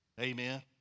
Amen